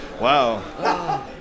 Wow